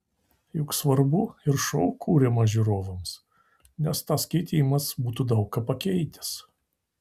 juk svarbu ir šou kuriamas žiūrovams nes tas keitimas būtų daug ką pakeitęs